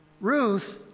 Ruth